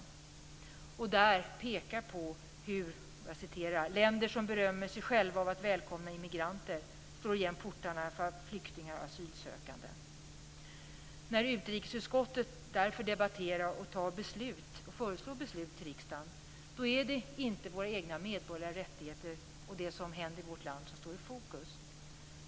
Hon pekar där på hur "länder som berömmer sig själva av att välkomna immigranter slår igen portarna för flyktingar och asylsökande." När utrikesutskottet därför debatterar och föreslår beslut till riksdagen är det inte våra egna medborgerliga rättigheter och det som händer i vårt land som står i fokus.